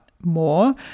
more